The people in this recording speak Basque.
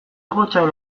gotzain